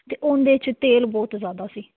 ਅਤੇ ਉਹਦੇ 'ਚ ਤੇਲ ਬਹੁਤ ਜ਼ਿਆਦਾ ਸੀ